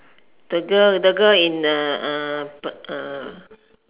the girl the girl in